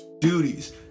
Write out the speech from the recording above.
duties